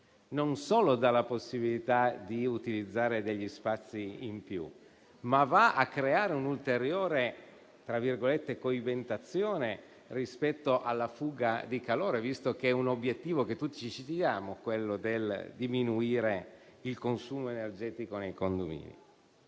non solo dà la possibilità di utilizzare degli spazi in più, ma va a creare un'ulteriore coibentazione rispetto alla fuga di calore, visto che un obiettivo che tutti ci poniamo è quello di diminuire il consumo energetico nei condomini.